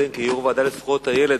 כיושב-ראש הוועדה לזכויות הילד,